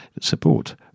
support